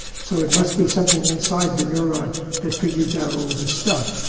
so it must be something inside the neuron that figures out all this stuff.